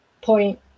point